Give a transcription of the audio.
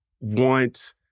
want